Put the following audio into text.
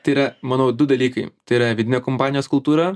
tai yra manau du dalykai tai yra vidinė kompanijos kultūra